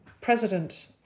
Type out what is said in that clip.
president